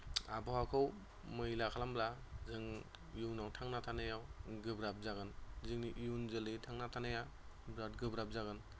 आबहावाखौ मैला खालामोब्ला जों इयुनाव थांना थानायाव गोब्राब जागोन जोंनि बे इयुन जोलैया थांना थानाया गोब्राब जागोन